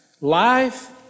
Life